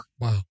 Wow